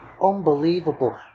Unbelievable